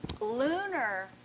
lunar